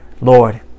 Lord